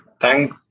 Thank